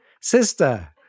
Sister